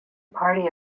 party